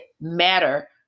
matter